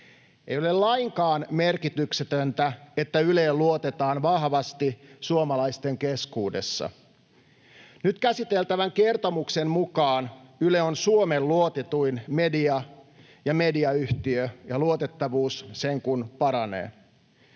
Ei ole lainkaan merkityksetöntä, että Yleen luotetaan vahvasti suomalaisten keskuudessa. Nyt käsiteltävän kertomuksen mukaan Yle on Suomen luotetuin media ja mediayhtiö ja luotettavuus sen kuin paranee.